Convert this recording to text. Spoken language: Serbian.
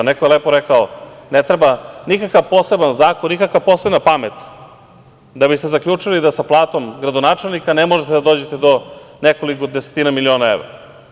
Neko je lepo rekao – ne treba nikakav poseban zakon, nikakva posebna pamet da biste zaključili da sa platom gradonačelnika ne možete da dođete do nekoliko desetina miliona evra.